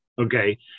Okay